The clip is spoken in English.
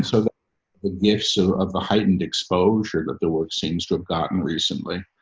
so the ah gifts so of the heightened exposure that the work seems to have gotten recently,